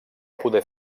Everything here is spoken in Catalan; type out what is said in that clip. poder